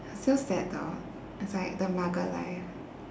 I'm still sad though it's like the mugger life